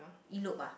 elope ah